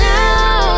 Now